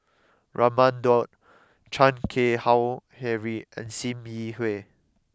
Raman Daud Chan Keng Howe Harry and Sim Yi Hui